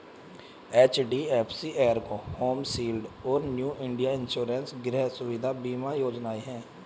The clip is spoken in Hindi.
एच.डी.एफ.सी एर्गो होम शील्ड और न्यू इंडिया इंश्योरेंस गृह सुविधा बीमा योजनाएं हैं